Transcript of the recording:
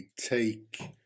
take